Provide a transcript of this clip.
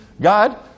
God